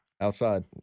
Outside